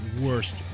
worst